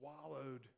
swallowed